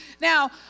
Now